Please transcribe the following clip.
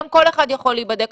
היום כל אחד יכול להיבדק,